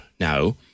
now